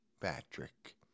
Patrick